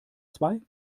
zwei